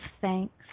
thanks